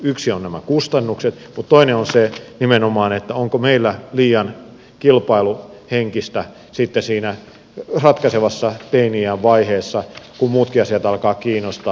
yksi ovat nämä kustannukset mutta toinen on se nimenomaan onko meillä liian kilpailuhenkistä sitten siinä ratkaisevassa teini iän vaiheessa kun muutkin asiat alkavat kiinnostaa